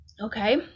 Okay